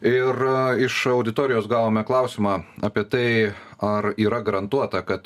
ir iš auditorijos gavome klausimą apie tai ar yra garantuota kad